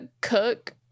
cook